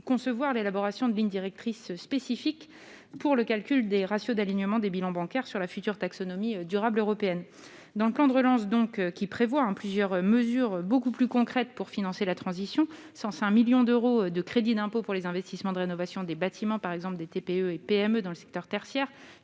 concevoir l'élaboration de lignes directrices spécifiques pour le calcul des ratios d'alignement des bilans bancaires sur la future taxonomie durable européenne dans le plan de relance donc qui prévoit un plusieurs mesures beaucoup plus concrètes. Pour financer la transition 105 millions d'euros de crédits d'impôts pour les investissements de rénovation des bâtiments par exemple des TPE et PME dans le secteur tertiaire